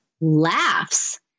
laughs